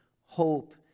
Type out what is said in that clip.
Hope